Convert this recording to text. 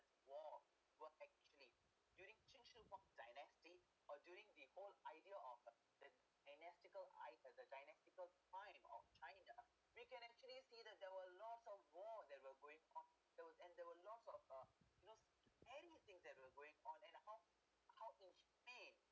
war were actually during qing shi huang dynasty or during the whole idea of a the whole dynastical eye or dynastical find of china we can actually see that there were a lots of war that were going on there was and there were lots of uh you know everything that were going on and how how inhumane